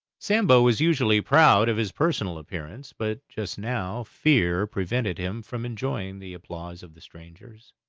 sambo was usually proud of his personal appearance, but just now fear prevented him from enjoying the applause of the strangers.